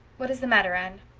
what is the matter, anne?